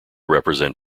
represent